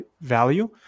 value